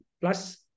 plus